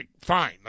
fine